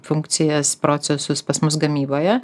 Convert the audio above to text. funkcijas procesus pas mus gamyboje